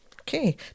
Okay